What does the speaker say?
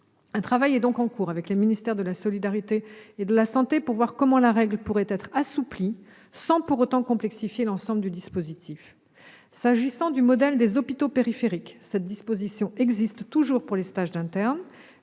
Un travail est donc en cours avec le ministère des solidarités et de la santé pour voir comment la règle pourrait être assouplie sans pour autant complexifier l'ensemble du dispositif. S'agissant du modèle des hôpitaux périphériques, cette disposition existe toujours pour les stages d'interne.